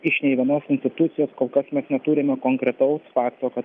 iš nei vienos institucijos kol kas mes neturime konkretaus fakto kad